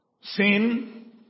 Sin